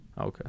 Okay